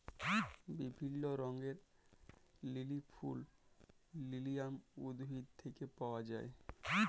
বিভিল্য রঙের লিলি ফুল লিলিয়াম উদ্ভিদ থেক্যে পাওয়া যায়